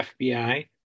FBI